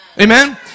Amen